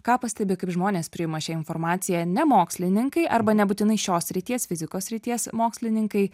ką pastebi kaip žmonės priima šią informaciją ne mokslininkai arba nebūtinai šios srities fizikos srities mokslininkai